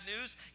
news